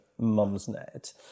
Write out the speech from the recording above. Mumsnet